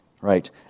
Right